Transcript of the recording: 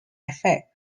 effect